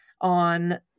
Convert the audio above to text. on